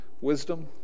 wisdom